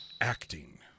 Acting